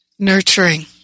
Nurturing